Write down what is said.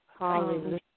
Hallelujah